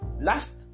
Last